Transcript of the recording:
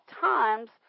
times